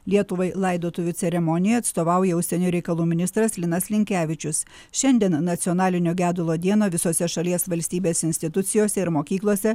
lietuvai laidotuvių ceremonijoj atstovauja užsienio reikalų ministras linas linkevičius šiandien nacionalinio gedulo dieną visose šalies valstybės institucijose ir mokyklose